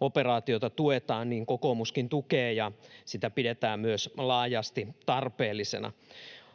operaatiota tuetaan, niin kokoomuskin tukee, ja sitä pidetään laajasti myös tarpeellisena.